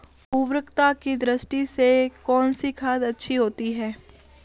उर्वरकता की दृष्टि से कौनसी खाद अच्छी होती है?